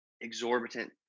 exorbitant